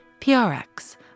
PRX